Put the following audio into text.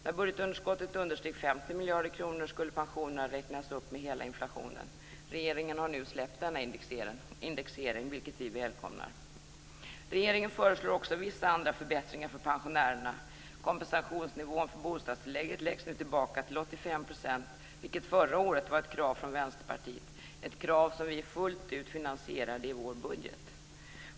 När budgetunderskottet understeg 50 miljarder kronor skulle pensionerna räknas upp med hela inflationen. Regeringen har nu släppt denna indexering, vilket vi välkomnar. Regeringen föreslår också vissa andra förbättringar för pensionärerna. Kompensationsnivån för bostadstillägget läggs nu tillbaka till 85 %, vilket förra året var ett krav från Vänsterpartiet - ett krav som vi fullt ut finansierade i vår budget.